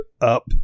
up